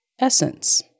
essence